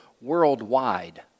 worldwide